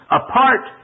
apart